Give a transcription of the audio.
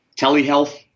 telehealth